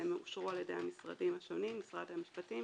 שהם אושרו על ידי המשרדים השונים משרד המשפטים